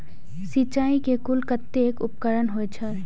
सिंचाई के कुल कतेक उपकरण होई छै?